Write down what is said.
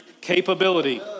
Capability